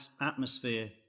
atmosphere